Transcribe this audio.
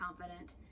confident